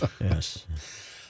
Yes